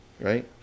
Right